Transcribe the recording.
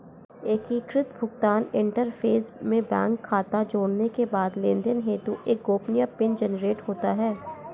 एकीकृत भुगतान इंटरफ़ेस में बैंक खाता जोड़ने के बाद लेनदेन हेतु एक गोपनीय पिन जनरेट होता है